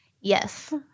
yes